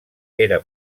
era